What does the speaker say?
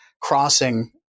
crossing